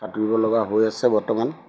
সাঁতুৰিব লগা হৈ আছে বৰ্তমান